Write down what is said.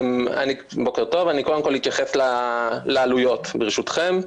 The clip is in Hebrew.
בוקר טוב, קודם כול אתייחס לעלויות, ברשותכם.